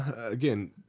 again